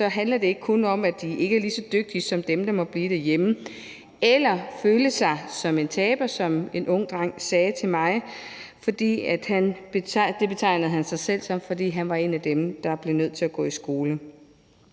handler det ikke om, at de ikke er lige så dygtige som dem, der må blive derhjemme, og man skal ikke føle sig som en taber, som en ung dreng sagde til mig. Det betegnede han sig selv som, fordi han var en af dem, der blev nødt til at gå i skole.